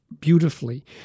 beautifully